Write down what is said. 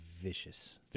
Vicious